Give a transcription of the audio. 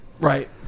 Right